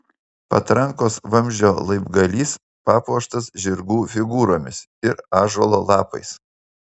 patrankos vamzdžio laibgalys papuoštas žirgų figūromis ir ąžuolo lapais